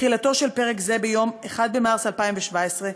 תחילתו של פרק זה ביום 1 במרס 2017,